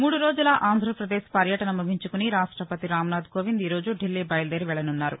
మూడు రోజుల ఆంధ్రపదేశ్ పర్యటన ముగించుకుని రాష్టపతి రామ్ నాధ్ కోవింద్ ఈరోజు ధిల్లీ బయలుదేరి వెళ్లనున్నారు